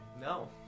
No